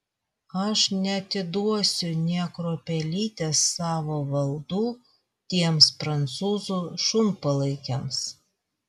aš neatiduosiu nė kruopelytės savo valdų tiems prancūzų šunpalaikiams